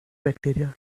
bacteria